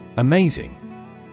Amazing